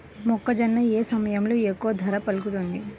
మొక్కజొన్న ఏ సమయంలో ఎక్కువ ధర పలుకుతుంది?